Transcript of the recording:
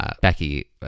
Becky